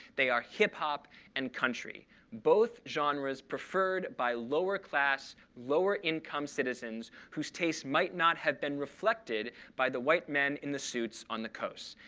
they are hip hop and country both genres preferred by lower class, lower income citizens whose tastes might not have been reflected by the white men in the suits on the coast.